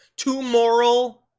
too moral,